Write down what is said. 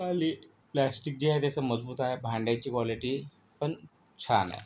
आणि प्लॅस्टिक जे आहे त्याचं मजबूत आहे भांड्याची क्वालिटी पण छान आहे